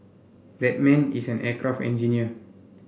that man is an aircraft engineer